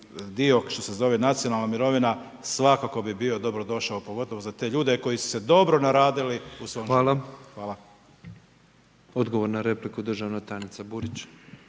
dio što se zove nacionalna mirovina, svakako bi bio dobrodošao, pogotovo za te ljude koji su se dobro naradili u svom životu. Hvala. **Petrov, Božo (MOST)** Odgovor na repliku državna tajnica Burić.